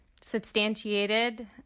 substantiated